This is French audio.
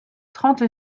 trente